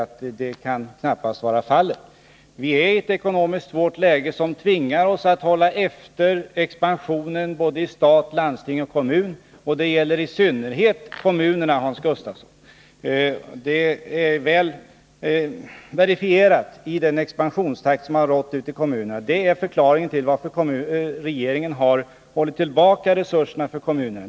Vi befinner oss i ett ekonomiskt svårt läge som tvingar oss att hålla efter expansionen i stat, landsting och kommuner, och det gäller i synnerhet kommunerna, Hans Gustafsson. Detta är väl verifierat genom den expansionstakt som har rått ute i kommunerna. Det är förklaringen till att regeringen hållit tillbaka resurserna för kommunerna.